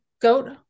goat